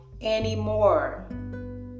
anymore